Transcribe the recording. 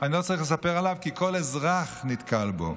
אני לא צריך לספר, כי כל אזרח נתקל בו.